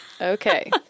Okay